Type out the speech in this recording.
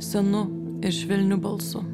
senu ir švelniu balsu